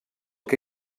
que